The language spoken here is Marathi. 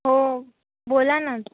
हो बोला ना